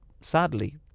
sadly